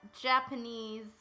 Japanese